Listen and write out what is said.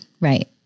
Right